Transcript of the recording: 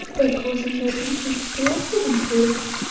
by causing their peoples to offer them to us,